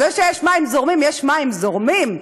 זה שיש מים זורמים, יש מים זורמים,